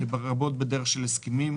לרבות בדרך של הסכמים,